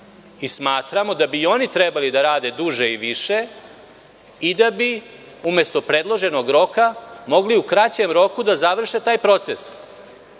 Smatramo da bi i oni trebali da rade duže i više i da bi, umesto predloženog roka, mogli u kraćem roku da završe taj proces.